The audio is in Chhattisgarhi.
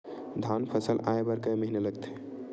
धान फसल आय बर कय महिना लगथे?